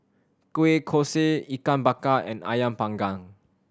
kueh kosui Ikan Bakar and Ayam Panggang